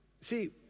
See